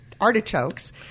artichokes